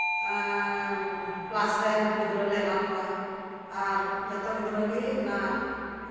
ᱩᱱᱠᱩ ᱠᱮᱞᱟᱥᱨᱮ ᱩᱱᱠᱩ ᱜᱤᱫᱽᱨᱟᱹ ᱞᱮ ᱮᱢᱟ ᱠᱚᱣᱟ ᱟᱨ ᱡᱚᱛᱚ ᱜᱤᱫᱽᱨᱟᱹᱜᱮ ᱚᱱᱟ